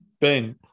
Ben